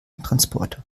transporter